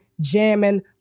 jamming